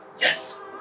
Yes